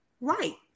right